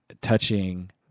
touching –